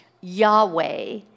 Yahweh